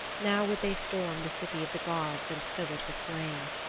now would they storm the city of the gods and fill it with flame.